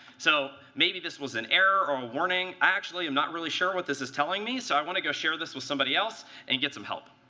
so maybe this was an error or a warning. actually, i'm not really sure what this is telling me, so i want to go share this with somebody else and get some help.